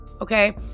okay